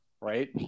right